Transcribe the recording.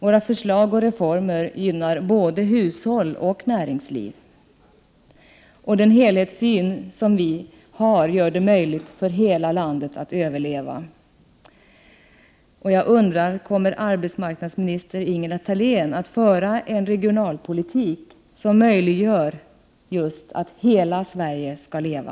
Våra förslag och reformer gynnar både hushåll och näringsliv, och den helhetssyn som vi har gör det möjligt för hela landet att överleva. Jag undrar: Kommer arbetsmarknadsminister Ingela Thalén att föra en regionalpolitik som möjliggör för hela Sverige att leva?